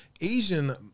Asian